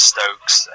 Stokes